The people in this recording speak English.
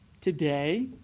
today